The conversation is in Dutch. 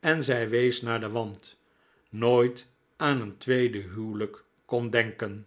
en zij wees naar den wand nooit aan een tweede huwelijk kon denken